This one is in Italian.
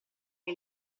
che